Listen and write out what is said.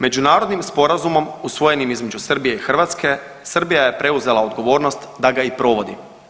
Međunarodnim sporazumom usvojenim između Srbije i Hrvatske, Srbija je preuzela odgovornost da ga i provodi.